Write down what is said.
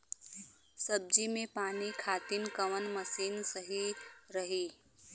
सब्जी में पानी खातिन कवन मशीन सही रही?